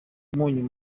umunyu